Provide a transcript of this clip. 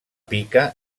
pica